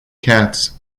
cats